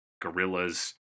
Gorillas